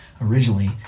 originally